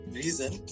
reason